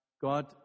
God